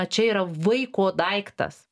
čia yra vaiko daiktas